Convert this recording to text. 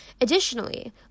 Additionally